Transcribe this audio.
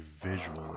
visually